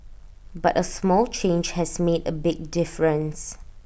but A small change has made A big difference